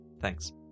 Thanks